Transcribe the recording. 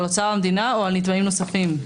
על אוצר המדינה או על נתבעים נוספים?